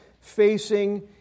facing